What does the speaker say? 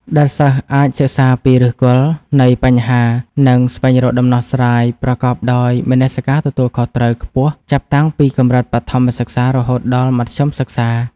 ដែលសិស្សអាចសិក្សាពីឫសគល់នៃបញ្ហា និងស្វែងរកដំណោះស្រាយប្រកបដោយមនសិការទទួលខុសត្រូវខ្ពស់ ចាប់តាំងពីកម្រិតបឋមសិក្សារហូតដល់មធ្យមសិក្សា។